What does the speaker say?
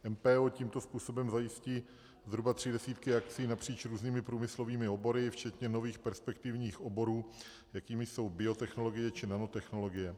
MPO tímto způsobem zajistí zhruba tři desítky akcí napříč různými průmyslovými obory, včetně nových perspektivních oborů, jakými jsou biotechnologie či nanotechnologie.